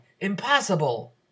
Impossible